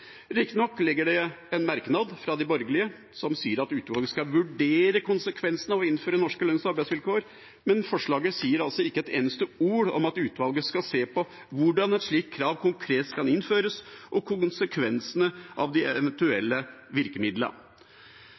Riktignok foreligger det en merknad fra de borgerlige som sier at utvalget skal vurdere konsekvensene av å innføre norske lønns- og arbeidsvilkår, men forslaget sier altså ikke et eneste ord om at utvalget skal se på hvordan et slikt krav konkret kan innføres, og konsekvensene av de eventuelle